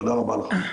תודה רבה לכם.